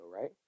right